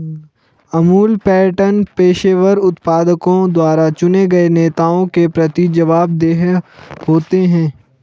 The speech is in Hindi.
अमूल पैटर्न पेशेवर उत्पादकों द्वारा चुने गए नेताओं के प्रति जवाबदेह होते हैं